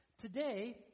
Today